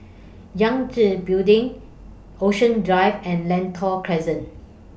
Yangtze Building Ocean Drive and Lentor Crescent